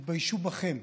יתביישו בכם,